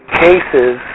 cases